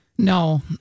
No